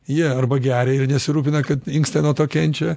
jie arba geria ir nesirūpina kad inkstai dėl to kenčia